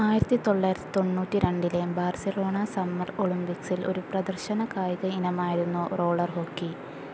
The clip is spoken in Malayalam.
ആയിരത്തി തൊള്ളയിരത്തി തൊണ്ണൂറ്റി രണ്ടിലെ ബാഴ്സലോണ സമ്മർ ഒളിമ്പിക്സിൽ ഒരു പ്രദർശന കായിക ഇനമായിരുന്നു റോളർ ഹോക്കി